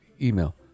email